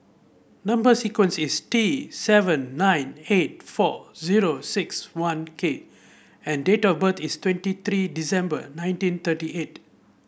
number sequence is T seven nine eight four zero six one K and date of birth is twenty three December nineteen thirty eight